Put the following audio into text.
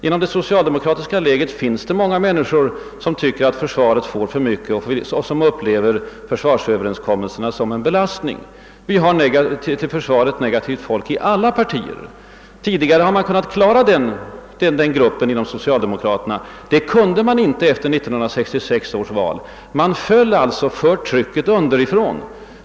Inom det socialdemokratiska lägret finns det många som tycker att försvaret får för mycket och som upplever försvarsöverenskommelserna såsom en belastning, liksom det förekommer till försvaret negativt inställda människor inom alla partier. Tidigare har socialdemokraterna kunnat hålla denna grupp tillbaka, men det lyckades man inte göra efter 1966 års val. Man föll alltså undan för trycket underifrån.